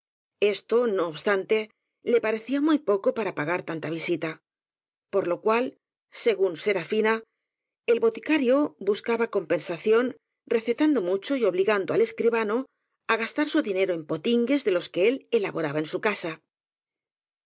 esto no obstante le parecía muy poco para pagar tanta vi sita por lo cual según serafina el boticario bus caba compensación recetando mucho y obligando al escribano á gastar su dinero en potingues de los que él elaboraba en su casa